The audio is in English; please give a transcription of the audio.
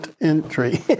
entry